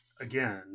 again